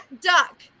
duck